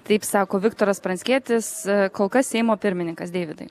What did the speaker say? taip sako viktoras pranckietis kol kas seimo pirmininkas deividai